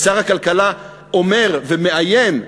כי שר הכלכלה אומר ומאיים,